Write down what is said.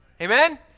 Amen